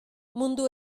mundu